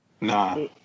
Nah